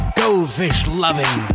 goldfish-loving